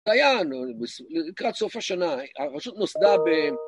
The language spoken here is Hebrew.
היה לנו, לקראת סוף השנה, הרשות נוסדה ב..